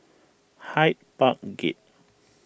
Hyde Park Gate